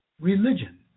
religion